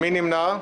מי נמנע?